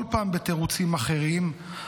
כל פעם בתירוצים אחרים,